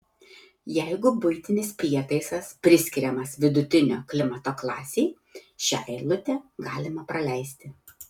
jeigu buitinis prietaisas priskiriamas vidutinio klimato klasei šią eilutę galima praleisti